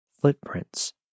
footprints